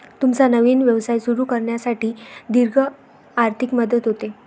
तुमचा नवीन व्यवसाय सुरू करण्यासाठी दीर्घ आर्थिक मदत होते